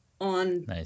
on